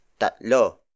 tatlo